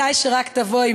מתי שרק תבואי,